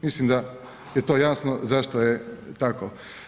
Mislim da je to jasno zašto je tako.